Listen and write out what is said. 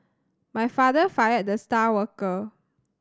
my father fired the star worker